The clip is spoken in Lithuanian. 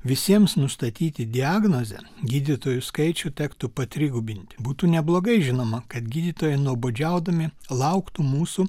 visiems nustatyti diagnozę gydytojų skaičių tektų patrigubinti būtų neblogai žinoma kad gydytojai nuobodžiaudami lauktų mūsų